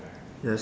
yes